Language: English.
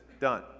Done